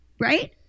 Right